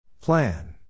Plan